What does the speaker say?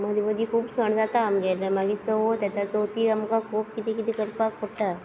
मदीं मदीं खूब सण जाता आमगेले मागी चवथ येता चवथीक आमकां खूब कितें कितें करपाक पडटा